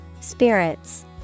Spirits